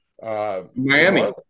Miami